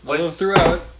throughout